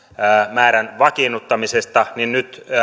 määrän vakiinnuttamisesta ja nyt